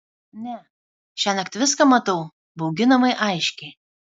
ne šiąnakt viską matau bauginamai aiškiai